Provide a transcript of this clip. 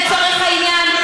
לצורך העניין,